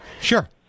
Sure